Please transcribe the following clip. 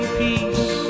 peace